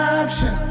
option